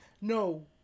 No